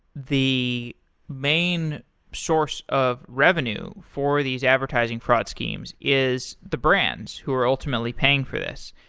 the main source of revenue for these advertising fraud schemes is the brands who are ultimately paying for this.